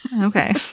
Okay